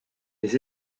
des